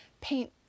paint